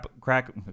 crack